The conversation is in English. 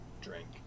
drink